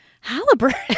Halliburton